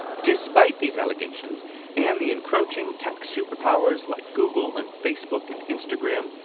despite these allegations and the encroaching tech superpower's like google and facebook and instagram,